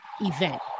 event